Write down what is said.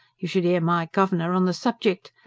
you should hear my governor on the subject!